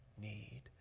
need